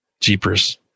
jeepers